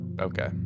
okay